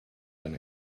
been